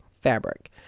Fabric